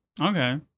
okay